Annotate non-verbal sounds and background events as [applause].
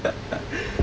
[laughs]